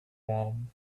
warm